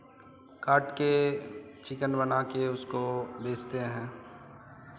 काट के चिकन बना के उसको बेचते हैं